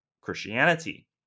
Christianity